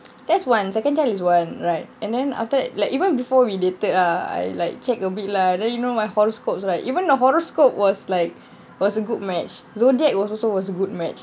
that's one second child is one right and then after that like even before we dated ah I like check a bit lah then you know my horoscopes right even the horoscope was like was a good match zodiac was also was good match